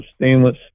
stainless